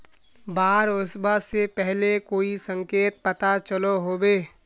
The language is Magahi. बाढ़ ओसबा से पहले कोई संकेत पता चलो होबे?